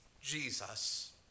Jesus